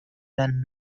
than